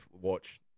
watch